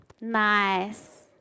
Nice